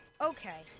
okay